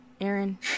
Aaron